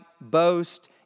boast